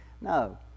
No